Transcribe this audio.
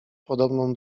podobną